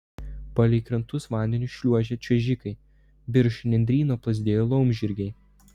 palei krantus vandeniu šliuožė čiuožikai virš nendryno plazdėjo laumžirgiai